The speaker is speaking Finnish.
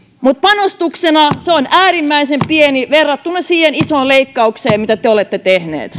mutta panostuksena se on äärimmäisen pieni verrattuna siihen isoon leikkaukseen mitä te te olette tehneet